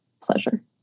pleasure